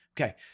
okay